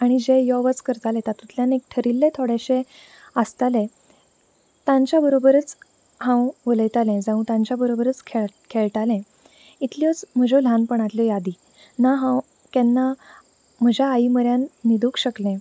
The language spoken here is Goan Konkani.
आनी जे यो वच करताले तातूंतल्यान थारिल्ले थोडेशे आसताले तांच्या बरोबरच हांव उलयतालें जावं तांच्या बरोबरच खेळ खेळटालें इतल्योच म्हज्या ल्हनपणांतल्यो यादी ना हांव केन्ना म्हज्या आई म्हऱ्यान न्हिदूंक शकलें